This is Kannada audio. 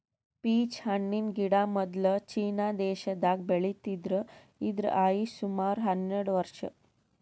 ಪೀಚ್ ಹಣ್ಣಿನ್ ಗಿಡ ಮೊದ್ಲ ಚೀನಾ ದೇಶದಾಗ್ ಬೆಳಿತಿದ್ರು ಇದ್ರ್ ಆಯುಷ್ ಸುಮಾರ್ ಹನ್ನೆರಡ್ ವರ್ಷ್